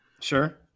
Sure